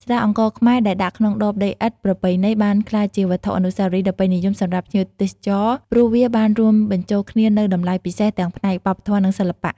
ស្រាអង្ករខ្មែរដែលដាក់ក្នុងដបដីឥដ្ឋប្រពៃណីបានក្លាយជាវត្ថុអនុស្សាវរីយ៍ដ៏ពេញនិយមសម្រាប់ភ្ញៀវទេសចរ ព្រោះវាបានរួមបញ្ចូលគ្នានូវតម្លៃពិសេសទាំងផ្នែកវប្បធម៌ និងសិល្បៈ។